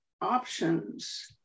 options